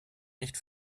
nicht